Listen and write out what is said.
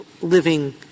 living